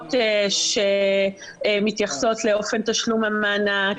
הוראות שמתייחסות לאופן תשלום המענק,